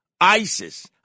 ISIS